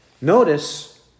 notice